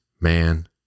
man